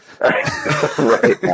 Right